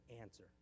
answer